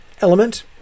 element